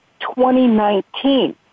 2019